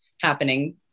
happening